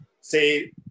say